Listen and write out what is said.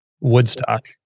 Woodstock